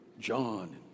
John